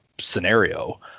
scenario